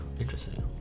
Interesting